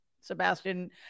Sebastian